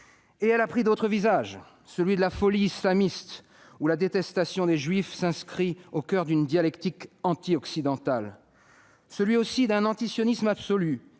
simplement pris d'autres visages. Celui de la folie islamiste, où la détestation des juifs s'inscrit au coeur d'une dialectique anti-occidentale. Celui aussi d'un antisionisme absolu,